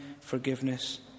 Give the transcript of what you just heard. forgiveness